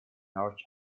north